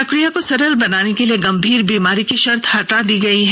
प्रक्रिया को सरल बनाने के लिए गंभीर बीमारी की शर्त को हटा दिया गया है